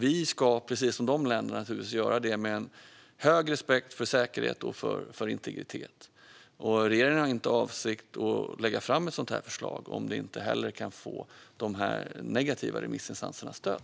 Vi ska, precis som de länderna, göra det med en hög respekt för säkerhet och integritet. Regeringen har inte för avsikt att lägga fram ett sådant förslag om det inte heller kan få de negativa remissinstansernas stöd.